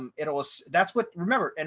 and it it was that's what remember and